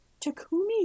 Takumi